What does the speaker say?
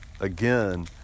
again